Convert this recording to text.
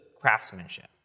craftsmanship